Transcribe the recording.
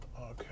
okay